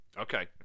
Okay